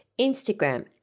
Instagram